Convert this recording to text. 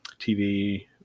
TV